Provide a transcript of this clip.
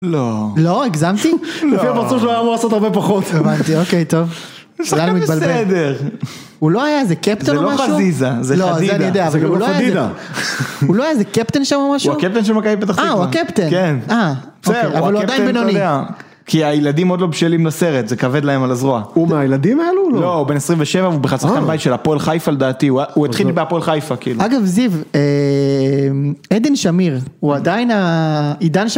לא. לא? הגזמתי? לפי הפרצוף שלו היה אמור לעשות הרבה פחות. הבנתי, אוקיי, טוב. יש לך כזה סדר. הוא לא היה איזה קפטן או משהו? זה לא חזיזה, זה חזידה, זה כאילו חדידה. הוא לא היה איזה קפטן שם או משהו? הוא הקפטן של מכבי פתח תקווה. אה, הוא הקפטן. כן. אה. אבל הוא עדיין בינוני. כי הילדים עוד לא בשלים לסרט, זה כבד להם על הזרוע. הוא מהילדים האלו או לא? לא, הוא בן 27, הוא בכלל שחקן בית של הפועל חיפה, לדעתי. הוא התחיל בהפועל חיפה, כאילו. אגב, זיו, עדן שמיר, הוא עדיין עידן...